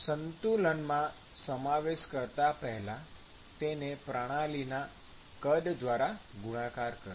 સંતુલનમાં સમાવેશ કરતા પહેલા તેને પ્રણાલીના કદ દ્વારા ગુણાકાર કરો